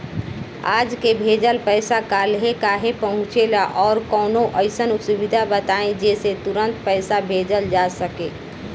आज के भेजल पैसा कालहे काहे पहुचेला और कौनों अइसन सुविधा बताई जेसे तुरंते पैसा भेजल जा सके?